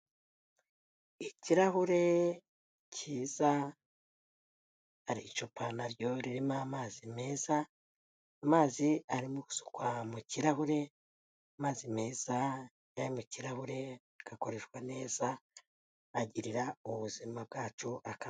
Ikirahure cyiza, ari icupa na ryo ririmo amazi meza, amazi arimo gusukwa mu kirahure, amazi meza mu kirahure gakoreshwa neza, agirira ubuzima bwacu aka.